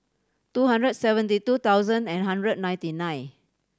two hundred seventy two thousand and one hundred ninety nine